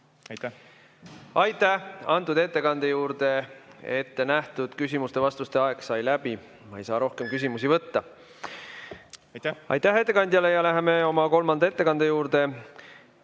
võtta. Aitäh! Selle ettekande juurde ette nähtud küsimuste ja vastuste aeg sai läbi. Ma ei saa rohkem küsimusi võtta. Aitäh! Aitäh! Aitäh ettekandjale! Läheme kolmanda ettekande juurde.